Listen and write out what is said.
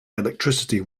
electricity